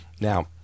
Now